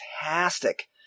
fantastic